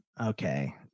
Okay